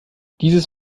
dieses